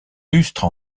lustre